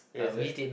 yes I I